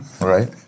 Right